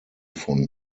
von